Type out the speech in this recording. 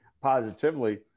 positively